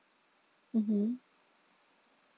mmhmm